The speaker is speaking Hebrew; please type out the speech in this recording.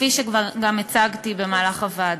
כפי שכבר הצגתי בוועדה.